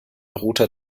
roter